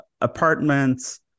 apartments